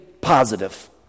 positive